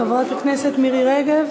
חברת הכנסת מירי רגב.